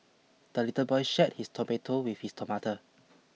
the little boy shared his tomato with his tomato